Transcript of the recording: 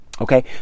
okay